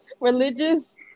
Religious